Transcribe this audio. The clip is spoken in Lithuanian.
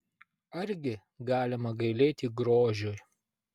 argi galima gailėti grožiui